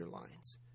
lines